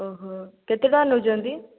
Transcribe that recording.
ଓହୋ କେତେ ଟଙ୍କା ନେଉଛନ୍ତି